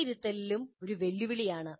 വിലയിരുത്തലും ഒരു വെല്ലുവിളിയാണ്